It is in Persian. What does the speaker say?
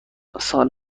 سال